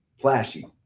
flashy